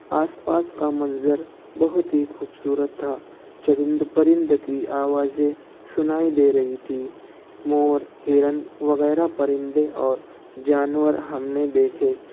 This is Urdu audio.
آس پاس کا منظر بہت ہی خوبصورت تھا چرند پرند کی آوازیں سنائی دے رہی تھیں مور ہرن وغیرہ پرندے اور جانور ہم نے دیکھے